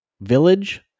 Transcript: village